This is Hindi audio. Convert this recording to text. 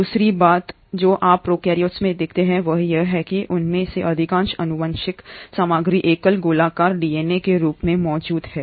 दूसरी बात जो आप प्रोकैरियोट्स में देखते हैं वह यह है कि उनमें से अधिकांश आनुवंशिक हैं सामग्री एकल गोलाकार डीएनए के रूप में मौजूद है